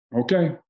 okay